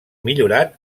millorat